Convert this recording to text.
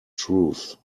truth